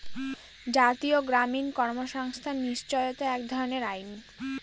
জাতীয় গ্রামীণ কর্মসংস্থান নিশ্চয়তা এক ধরনের আইন